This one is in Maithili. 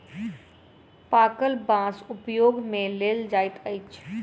पाकल बाँस उपयोग मे लेल जाइत अछि